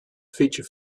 feature